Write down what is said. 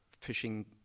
fishing